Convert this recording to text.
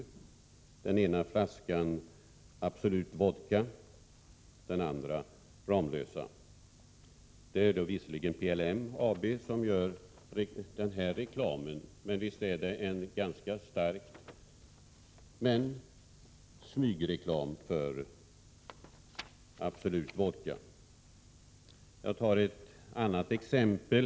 På den ena flaskan står det Absolut Vodka och på den andra Ramlösa. Det är visserligen PLM AB som gör den här reklamen, men visst är det en ganska stark smygreklam för Absolut Vodka. Låt mig ta ett annat exempel.